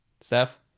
Steph